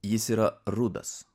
jis yra rudas